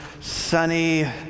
sunny